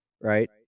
Right